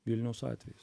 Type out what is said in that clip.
vilniaus atvejis